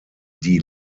die